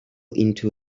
into